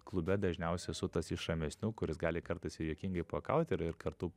klube dažniausia esu tas iš ramesnių kuris gali kartais ir juokingai pajuokaut ir ir kartu